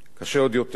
על הבמה הזאת,